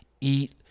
eat